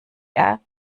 war